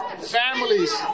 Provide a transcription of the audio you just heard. families